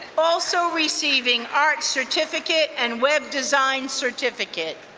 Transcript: also receiving art certificate and web design certificate.